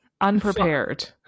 unprepared